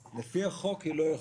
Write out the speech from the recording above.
לפי החוק היא לא יכולה.